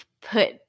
put